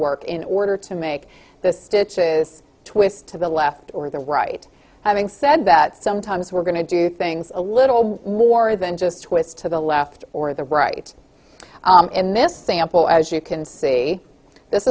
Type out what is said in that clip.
work in order to make the stitches twist to the left or the right having said that sometimes we're going to do things a little more than just twist to the left or the right in this sample as you can see this